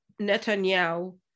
Netanyahu